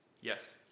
Yes